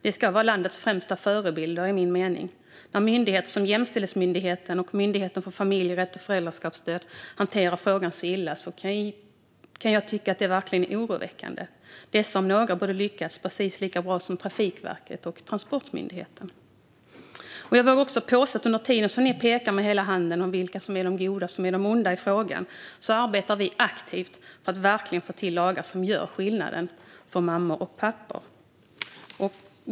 De ska vara landets främsta förebilder, enligt min mening. När myndigheter som Jämställdhetsmyndigheten och Myndigheten för familjerätt och föräldraskapsstöd hanterar frågan så illa kan jag tycka att det är oroväckande. Dessa myndigheter om några borde ha lyckats precis lika bra som Trafikverket och Transportstyrelsen. Jag vill påstå att under tiden som ni pekar med hela handen på vilka som är de goda och de onda i frågan arbetar vi aktivt för att verkligen få till lagar som gör skillnad för mammor och pappor.